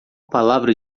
palavra